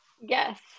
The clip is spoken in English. yes